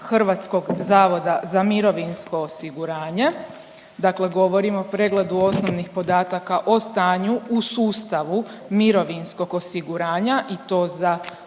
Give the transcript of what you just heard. statističkim podacima HZMO-a, dakle govorim o pregledu osnovnih podataka o stanju u sustavu mirovinskog osiguranja i to za